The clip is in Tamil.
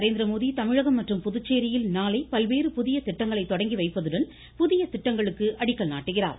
நரேந்திரமோதி தமிழகம் மற்றும் புதுச்சேரியில் நாளை பல்வேறு புதிய திட்டங்களை தொடங்கிவைப்பதுடன் புதிய திட்டங்களுக்கு அடிக்கல் நாட்டுகிறார்